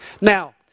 Now